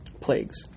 plagues